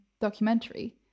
documentary